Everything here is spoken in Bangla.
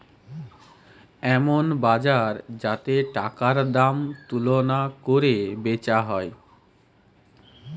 এমন বাজার যাতে টাকার দাম তুলনা কোরে বেচা হয়